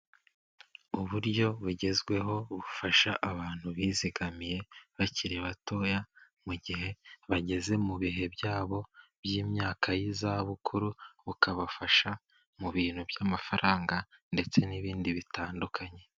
Uburyo bugezweho bufasha abantu bizigamiye bakiri batoya mu gihe bageze mu bihe byabo by'imyaka y'izabukuru bukabafasha mu bintu by'amafaranga ndetse n'ibindi bitandukanye.